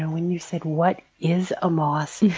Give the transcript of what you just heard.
and when you said, what is a moss,